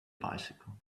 bicycle